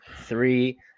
three